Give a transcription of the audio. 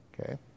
okay